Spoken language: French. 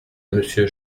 monsieur